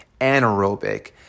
anaerobic